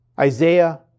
Isaiah